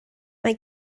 mae